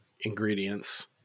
ingredients